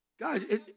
Guys